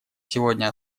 сегодня